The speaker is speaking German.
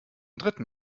dritten